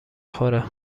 خوره